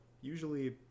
usually